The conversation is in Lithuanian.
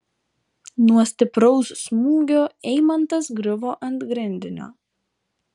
nuo stipraus smūgio eimantas griuvo ant grindinio